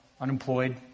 unemployed